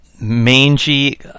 mangy